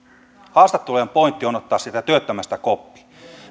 haastattelujen pointti on ottaa siitä työttömästä koppi